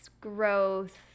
growth